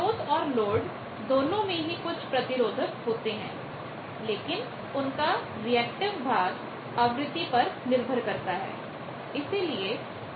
स्रोत और लोड दोनों में ही कुछ प्रतिरोधक होते हैं लेकिन उनका रिएक्टिव भाग आवृत्ति पर निर्भर करता है